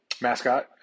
mascot